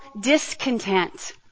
discontent